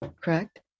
Correct